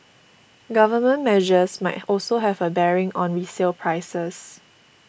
government measures might also have a bearing on resale prices